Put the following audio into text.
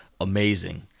amazing